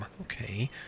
okay